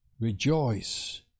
rejoice